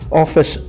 office